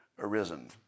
arisen